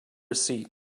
receipt